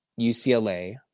UCLA